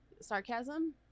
sarcasm